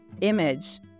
image